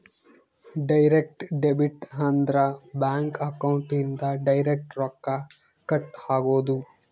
direct debit ಅಂದ್ರ bank account ಇಂದ direct ರೊಕ್ಕ ಕಟ್ ಆಗೋದು